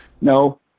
no